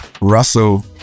Russell